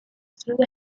through